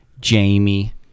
Jamie